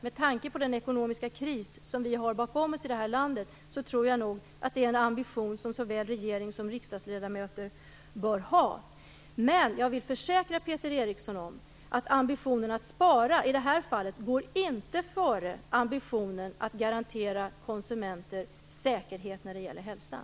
Med tanke på den ekonomiska kris vi har bakom oss i det här landet tror jag nog att det är en ambition som såväl regering som riksdagsledamöter bör ha. Men jag vill försäkra Peter Eriksson om att ambitionen att spara i det här fallet inte går före ambitionen att garantera konsumenter säkerhet när det gäller hälsan.